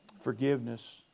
Forgiveness